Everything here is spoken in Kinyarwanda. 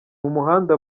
umuhanda